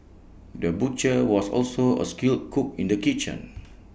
the butcher was also A skilled cook in the kitchen